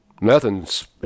Nothing's